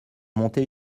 monter